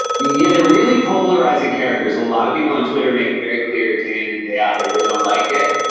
yeah, they're really polarizing characters. a lot of people on twitter make it very clear day in and day out they really don't like it,